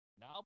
Now